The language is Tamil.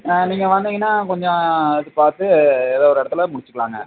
நீங்கள் வந்தீங்கன்னால் கொஞ்சம் இது பார்த்து ஏதோ ஒரு இடத்துல முடிச்சுக்கலாங்க